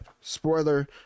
Spoiler